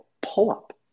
pull-up